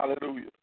Hallelujah